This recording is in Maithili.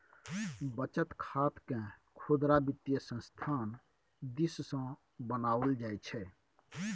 बचत खातकेँ खुदरा वित्तीय संस्थान दिससँ बनाओल जाइत छै